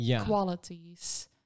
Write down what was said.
qualities